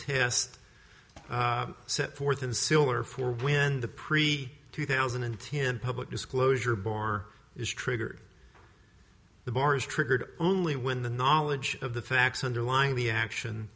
test set forth in the siller for when the pre two thousand and ten public disclosure borer is triggered the bar is triggered only when the knowledge of the facts underlying the action